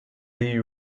you